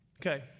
Okay